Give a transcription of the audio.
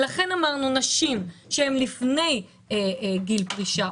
לכן אמרנו שנשים שהן לפני גיל פרישה,